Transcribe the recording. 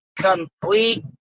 complete